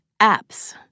apps